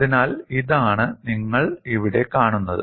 അതിനാൽ അതാണ് നിങ്ങൾ ഇവിടെ കാണുന്നത്